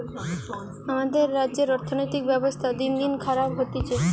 আমাদের রাজ্যের অর্থনীতির ব্যবস্থা দিনদিন খারাপ হতিছে